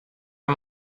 are